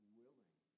willing